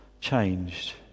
changed